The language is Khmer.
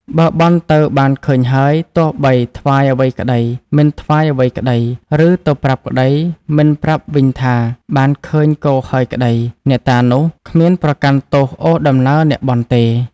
បើបន់ទៅបានឃើញហើយ ទោះបីថ្វាយអ្វីក្ដី មិនថ្វាយអ្វីក្ដី ឬ ទៅប្រាប់ក្ដី មិនប្រាប់វិញថា បានឃើញគោហើយក្ដី អ្នកតានោះគ្មានប្រកាន់ទោសអូសដំណើរអ្នកបន់ទេ ។